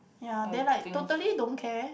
ya they like totally don't care